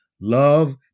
Love